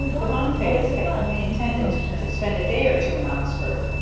the bonnifays had only intended to spend a day or two in oxford,